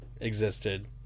existed